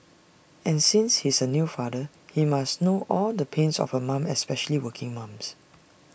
and since he's A new father he must know all the pains of A mum especially working mums